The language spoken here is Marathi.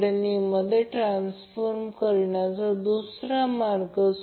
त्यामुळे कोणत्याही प्रकारचा गोंधळ होऊ नये